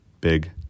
big